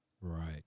Right